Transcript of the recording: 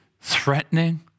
threatening